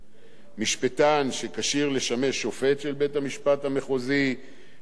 משפטן שכשיר לשמש שופט של בית-המשפט המחוזי שימונה